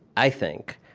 i think,